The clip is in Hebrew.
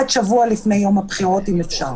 ואם אפשר